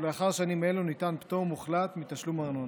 ולאחר שנים אלו ניתן פטור מוחלט מתשלום ארנונה.